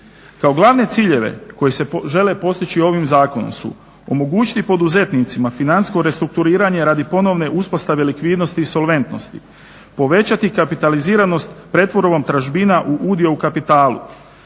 Kao glavni ciljevi koji se žele postići ovim zakonom su omogućiti poduzetnicima financijsko restrukturiranje radi ponovne uspostave likvidnosti i solventnosti, povećati kapitaliziranost pretvorbom tražbina u udio u kapitalu,